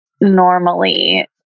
normally